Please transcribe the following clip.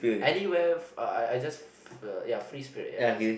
anywhere I I just free spirit ya that's why